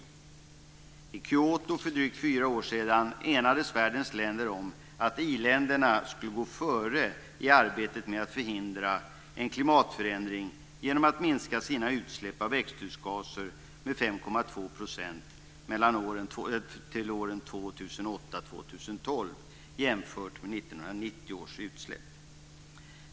I Kyoto för drygt fyra år sedan enades världens länder om att i-länderna skulle gå före i arbetet med att förhindra en klimatförändring genom att minska sina utsläpp av växthusgaser med 5,2 % till åren 2008-2012 jämfört med 1990 års utsläpp.